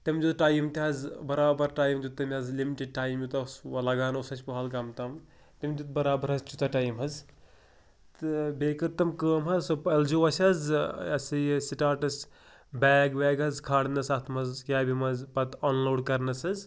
تٔمۍ دیُت ٹایم تہِ حظ برابر ٹایم دیُت تٔمۍ حظ لِمٹِڈ ٹایم یوٗتاہ لگان اوس اَسہِ پَہلگام تام تٔمۍ دیُت برابر حظ تیوٗتاہ ٹایِم حظ تہٕ بیٚیہِ کٔر تم کٲم حظ سُہ پلزیٚو اَسہِ حظ یہِ ہَسا یہِ سِٹاٹس بیگ ویگ حظ کھالنس اَتھ منٛز کیبہِ منٛز پَتہٕ آنلوڈ کرنَس حظ